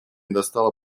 достала